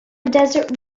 desert